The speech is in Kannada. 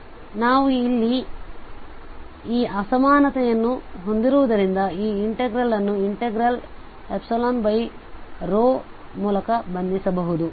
ಆದ್ದರಿಂದ ನಾವು ಇಲ್ಲಿ ಈ ಅಸಮಾನತೆಯನ್ನು ಹೊಂದಿರುವುದರಿಂದ ಈ ಇನ್ಟೆಗ್ರಂಟ್ ನ್ನು ಇನ್ಟೆಗ್ರಲ್ ಮೂಲಕ ಬಂಧಿಸಬಹುದು